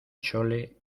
chole